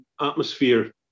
atmosphere